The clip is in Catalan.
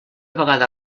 vegada